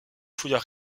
fouille